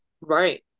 Right